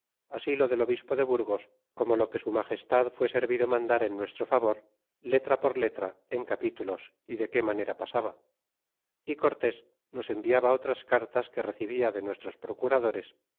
así lo del obispo de burgos como lo que su magestadfué servido mandar en nuestro favor letra por letra en capítulos y de qué manera pasaba y cortés nos enviaba otras cartas que recibia de nuestros procuradores